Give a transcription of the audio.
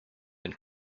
and